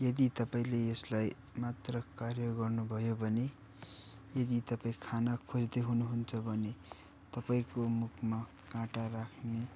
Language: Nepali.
यदि तपाईँले यसलाई मात्र कार्य गर्नुभयो भने यदि तपाईँ खाना खोज्दै हुनुहुन्छ भने तपाईँको मुखमा काँटा राख्ने